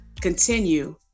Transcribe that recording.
continue